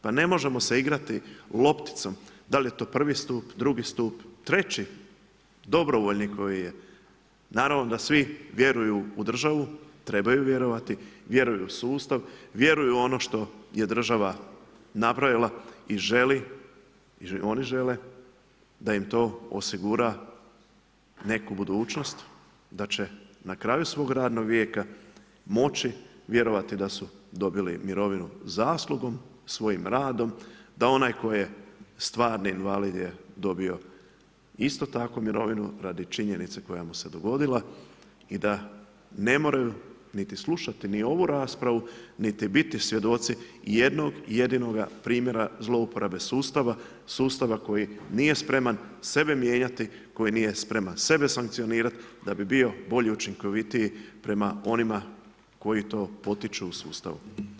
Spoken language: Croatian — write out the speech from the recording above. Pa ne možemo se igrati lopticom, dal je to 1 stup, 2 stup 3 dobrovolji koji je naravno da svi vjeruju u državu, trebaju vjerovati, vjeruju u sustav, vjeruju u ono što je država nabrojala i žele, oni žele da im to osigura neku budućnost, da će na kraju svog radnog vijeka, moći vjerovati da su dobili mirovinu zaslugom svojim radom, da onaj tko je stvarni invalid je dobio isto tako mirovinu radi činjenice koja mu se dogodila i da ne moraju niti slušati ni ovu raspravu niti biti svjedoci jednog jedinoga primjera zlouporabe sustava koji nije spreman sebe mijenjati, koji nije sebe sankcionirati, da bi bio bolji, učinkovitiji, prema onima koji to potiču u sustavu.